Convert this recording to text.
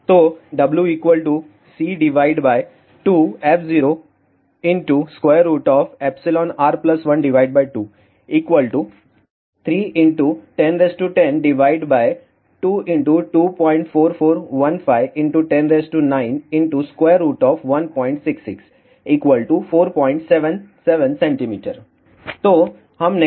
तो Wc2f0r12 3 x 1010 2 x 24415 x 109 x √166 477 cm → तो हमने W 47 cm चुना है